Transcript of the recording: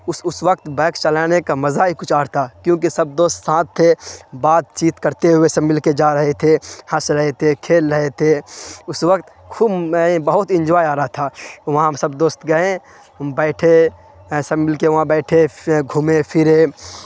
اس اس وقت بائک چلانے کا مزہ ہی کچھ اور تھا کیونکہ سب دوست ساتھ تھے بات چیت کرتے ہوئے سب مل کے جا رہے تھے ہنس رہے تھے کھیل رہے تھے اس وقت کھوب بہت انجوائے آ رہا تھا تو وہاں ہم سب دوست گئیں بیٹھے سب مل کے وہاں بیٹھے گھومے فرے